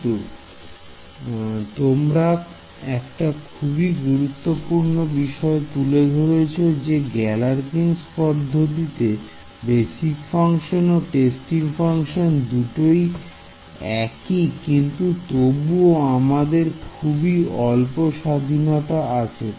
কিন্তু তোমরা একটা খুবই গুরুত্বপূর্ণ বিষয় তুলে ধরেছো যে গ্যালারকিনস পদ্ধতিতে Galerkin's method বেসিক ফাংশন ও টেস্টিং ফাংশন দুটোই একি কিন্তু তবুও আমাদের খুবই অল্প স্বাধীনতা আছে